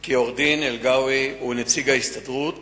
כי עורך-הדין אלגאווי הוא נציג ההסתדרות